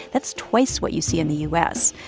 that's twice what you see in the u s.